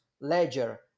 Ledger